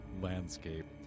landscape